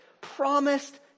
promised